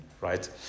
right